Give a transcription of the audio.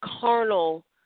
carnal